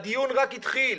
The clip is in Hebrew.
הדיון רק התחיל.